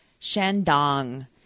Shandong